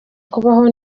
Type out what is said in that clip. kubaho